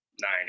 nine